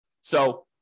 So-